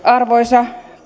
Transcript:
arvoisa